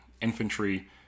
infantry